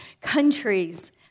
countries